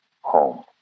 home